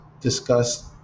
discuss